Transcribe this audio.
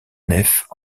nefs